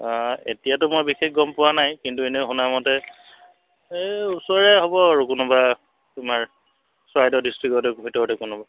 এতিয়াতো মই বিশেষ গম পোৱা নাই কিন্তু এনেই শুনামতে এই ওচৰৰে হ'ব আৰু কোনোবা তোমাৰ চৰাইদেউ ডিষ্ট্ৰিকতে ভিতৰতে কোনোবা